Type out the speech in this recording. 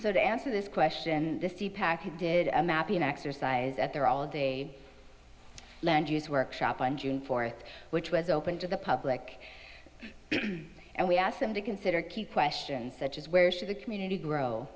so to answer this question did a mapping exercise at their all day land use workshop on june fourth which was open to the public and we asked them to consider keep questions such as where should the community grow